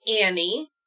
Annie